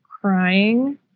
crying